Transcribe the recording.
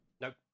Nope